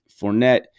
Fournette